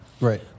Right